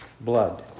blood